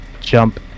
jump